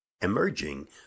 emerging